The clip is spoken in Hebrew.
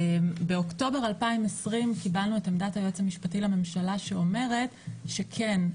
באוקטובר 2020 קיבלנו את עמדת היועץ המשפטי לממשלה שאומרת שכן,